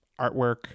artwork